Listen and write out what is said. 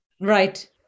Right